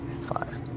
five